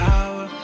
Power